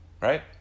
Right